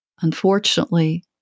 Unfortunately